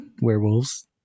Werewolves